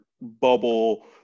bubble